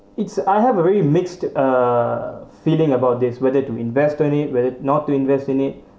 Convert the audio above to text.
it's I have a very mixed uh feeling about this whether to invest to in it whether not to invest in it